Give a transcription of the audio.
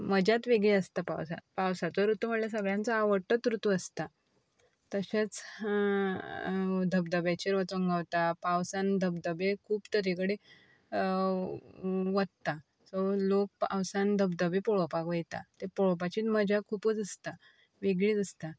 पूण मजात वेगळी आसता पावसांत पावसाचो ऋतू म्हळ्यार सगळ्यांचो आवडटोत ऋतू आसता तशेंच धबधब्याचेर वचूंक गावता पावसान धबधबे खूब तरेकडे वत्तां सो लोक पावसान धबधबे पळोवपाक वयता ते पळोवपाची मजा खूबच आसता वेगळीच आसता